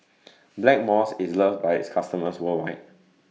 Blackmores IS loves By its customers worldwide